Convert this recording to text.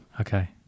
Okay